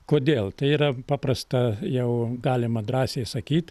kodėl tai yra paprasta jau galima drąsiai sakyt